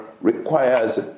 requires